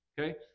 okay